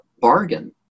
bargain